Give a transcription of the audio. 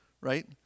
right